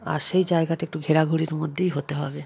আর সেই জায়গাটা একটু ঘেরাঘুরির মধ্যেই হতে হবে